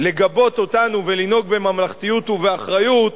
לגבות אותנו ולנהוג בממלכתיות ובאחריות,